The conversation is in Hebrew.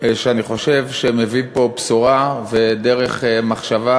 כי אני חושב שהוא מביא פה בשורה ודרך מחשבה